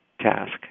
task